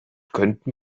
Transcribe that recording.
könnten